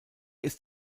ist